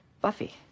Buffy